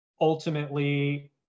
ultimately